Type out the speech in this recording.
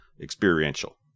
experiential